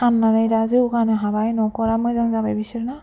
फाननानै दा जौगानो हाबाय न'खरा मोजां जाबाय दा बिसोरना